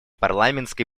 парламентской